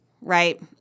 right